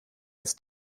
als